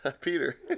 Peter